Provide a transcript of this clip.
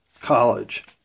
college